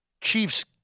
Chiefs